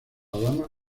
damas